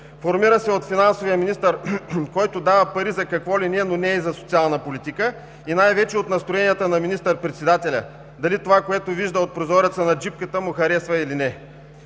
формира се от финансовия министър, който дава пари за какво ли не, но не и за социална политика и най-вече от настроенията на министър-председателя – дали това, което вижда от прозореца на джипката, му харесва или не.